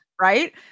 right